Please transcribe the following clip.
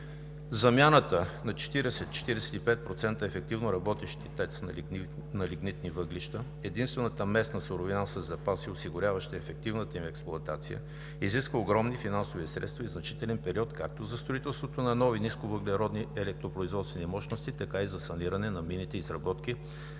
Замяната на 40 – 45% ефективно работещи ТЕЦ на лигнитни въглища – единствената местна суровина със запаси, осигуряваща ефективната им експлоатация, изисква огромни финансови средства и значителен период както за строителството на нови нисковъглеродни електропроизводствени мощности, така и за саниране на минните изработки